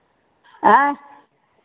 आँय